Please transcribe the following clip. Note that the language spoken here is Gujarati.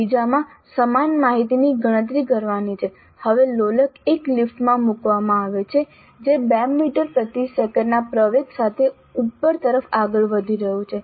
બીજામાં સમાન માહિતીની ગણતરી કરવાની છે હવે લોલક એક લિફ્ટમાં મૂકવામાં આવે છે જે 2 મીટર પ્રતિ સેકંડના પ્રવેગ સાથે ઉપર તરફ આગળ વધી રહ્યું છે